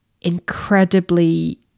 incredibly